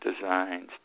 designs